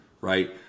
right